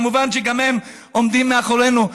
ומובן שגם הם עומדים מאחורינו,